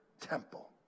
temple